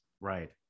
Right